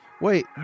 Wait